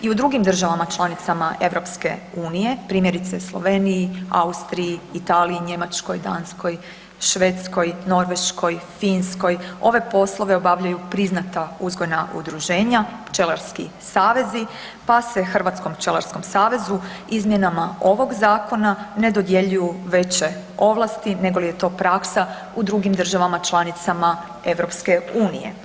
I u drugim državama članicama EU, primjerice Sloveniji, Austriji, Italiji, Njemačkoj, Danskoj, Švedskoj, Norveškoj, Finskoj, ove poslove obavljaju priznata uzgojna udruženja, pčelarski savezi, pa se Hrvatskom pčelarskom savezu izmjenama ovog zakona ne dodjeljuju veće ovlasti nego li je to praksa u drugim državama članicama EU.